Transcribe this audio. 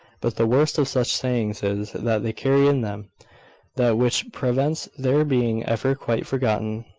but the worst of such sayings is, that they carry in them that which prevents their being ever quite forgotten.